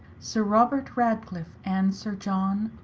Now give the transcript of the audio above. sir robert ratcliff, and sir john,